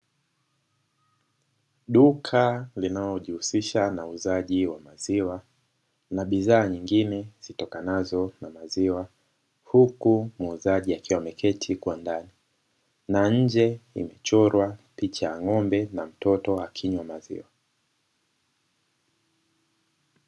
Duka linaojihusisha na uuzaji wa maziwa na bidhaa nyingine zitokanazo na maziwa, huku muuzaji akiwa ameketi kwa ndani na nje imechorwa picha ya ng'ombe na mtoto akinywa maziwa.